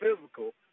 physical